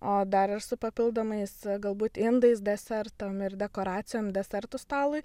o dar ir su papildomais galbūt indais desertam ir dekoracijom desertų stalui